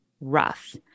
rough